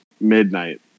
midnight